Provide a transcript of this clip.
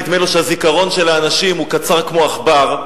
נדמה לו שהזיכרון של האנשים הוא קצר כמו של עכבר.